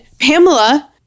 Pamela